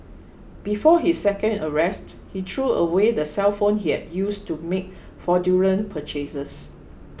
before his second arrest he threw away the cellphone he had used to make fraudulent purchases